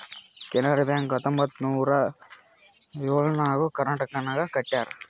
Canara bank ಹತ್ತೊಂಬತ್ತ್ ನೂರಾ ಎಳುರ್ನಾಗ್ ಕರ್ನಾಟಕನಾಗ್ ಕಟ್ಯಾರ್